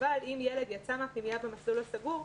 אבל אם ילד יצא מן הפנימייה במסלול הסגור,